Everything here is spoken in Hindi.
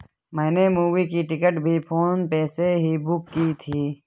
मैंने मूवी की टिकट भी फोन पे से ही बुक की थी